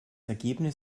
ergebnis